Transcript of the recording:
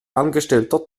angestellter